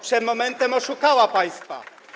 Przed momentem oszukała państwa.